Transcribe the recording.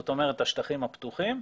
זאת אומרת השטחים הפתוחים,